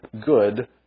good